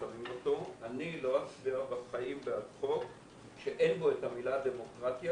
לא אצביע בחיים בעד חוק שאין בו את המילה דמוקרטיה